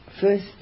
first